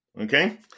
Okay